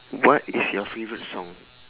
what is your favourite song